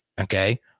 okay